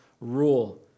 rule